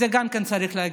גם את זה צריך להגיד.